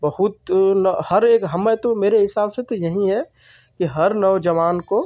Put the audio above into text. बहुत ना हर एक हमें तो मेरे हिसाब से तो यही है कि हर नौज़वान को